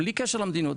בלי קשר למדיניות,